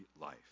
life